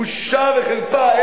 בושה וחרפה.